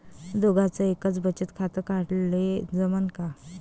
दोघाच एकच बचत खातं काढाले जमनं का?